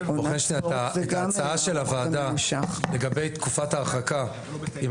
לגבי הצעת הוועדה לגבי תקופת ההרחקה אם